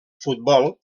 futbol